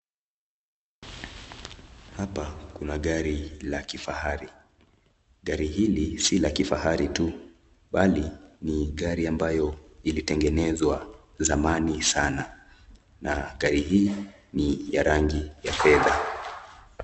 Hapa kuna gari la kifahari gari hili si la kifahari tu bali ni gari ambayo imetengenezwa zamani sana na gari hii ni ya rangi ya fedha.